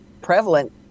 prevalent